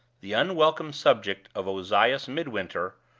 the unwelcome subject of ozias midwinter,